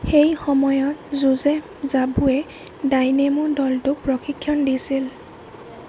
সেই সময়ত জোজেফ জাবোৱে ডাইনেমো দলটোক প্ৰশিক্ষণ দিছিল